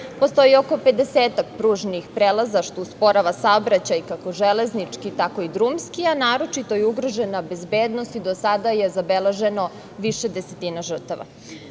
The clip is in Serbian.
Postoji oko pedesetak pružnih prelaza, što usporava saobraćaj, kako železnički tako i drumski, a naročito je ugrožena bezbednost do sada je zabeleženo više desetina žrtava.U